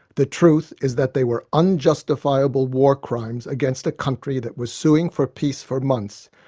the truth is that they were unjustifiable war crimes against a country that was suing for peace for months,